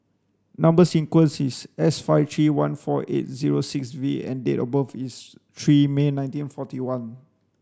number sequence is S five three one four eight zero six V and date of birth is three May nineteen forty one